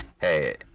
hey